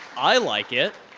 i like it.